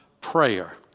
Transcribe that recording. prayer